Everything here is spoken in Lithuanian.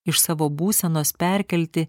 iš savo būsenos perkelti